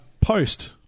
post